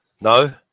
No